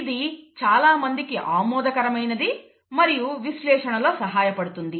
ఇది చాలామందికి ఆమోదకరమైనది మరియు విశ్లేషణలో సహాయపడుతుంది